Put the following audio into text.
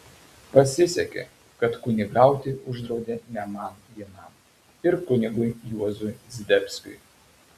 pasisekė kad kunigauti uždraudė ne man vienam ir kunigui juozui zdebskiui